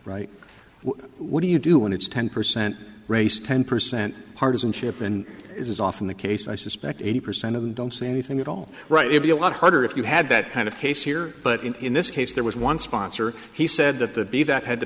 right what do you do when it's ten percent race ten percent partisanship and is often the case i suspect eighty percent of them don't say anything at all right maybe a lot harder if you had that kind of case here but in this case there was one sponsor he said that the be that had to